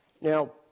Now